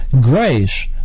Grace